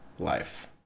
Life